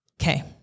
Okay